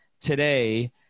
today